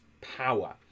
power